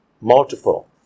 multiple